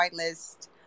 Whitelist